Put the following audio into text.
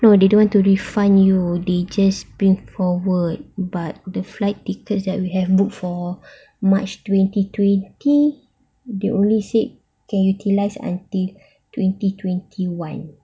no they don't want to refund you they just bring forward but the flight tickets that we have booked for march twenty twenty they only say can utilize until twenty twenty one